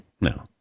No